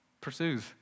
pursues